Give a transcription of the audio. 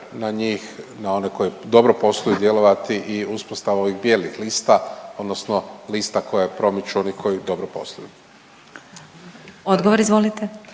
na njih na one koji dobro posluju djelovati i uspostava ovih bijelih lista odnosno lista koji promiču one koji dobro posluju? **Glasovac,